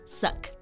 suck